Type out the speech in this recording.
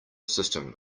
system